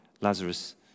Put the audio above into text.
Lazarus